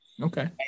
Okay